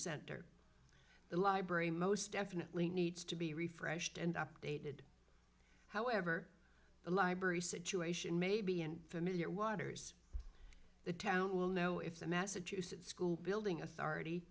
center the library most definitely needs to be refreshed and updated however the library situation may be in familiar waters the town will know if the massachusetts school building authority